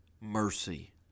mercy